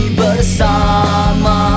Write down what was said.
bersama